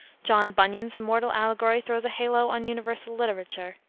john bunyan's immortal allegory throws a halo on universal literature.